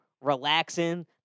relaxing